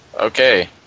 Okay